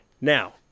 Now